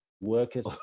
workers